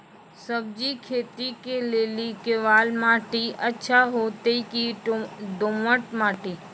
सब्जी खेती के लेली केवाल माटी अच्छा होते की दोमट माटी?